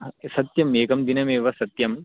नास्ति सत्यम् एकं दिनमेव सत्यं